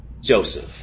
joseph